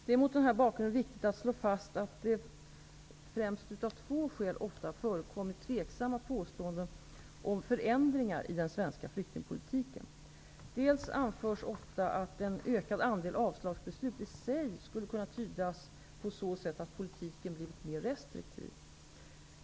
Det är mot den här bakgrunden viktigt att slå fast att det främst av två skäl ofta förekommit tveksamma påståenden om förändringar i den svenska flyktingpolitiken. Det anförs ofta att en ökad andel avslagsbeslut i sig skulle kunna tydas på så sätt att politiken blivit mer restriktiv.